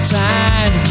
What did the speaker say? time